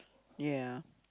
ya